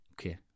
Okay